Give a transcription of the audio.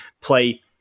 play